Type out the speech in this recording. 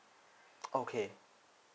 okay